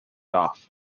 off